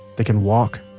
they can walk,